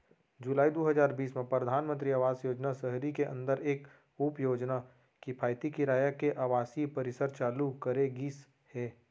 जुलाई दू हजार बीस म परधानमंतरी आवास योजना सहरी के अंदर एक उपयोजना किफायती किराया के आवासीय परिसर चालू करे गिस हे